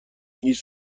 هیچ